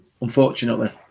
Unfortunately